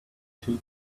two